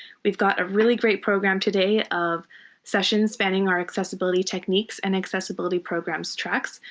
we've got a really great program today of sessions spanning our accessibility techniques and accessibility programs tracks.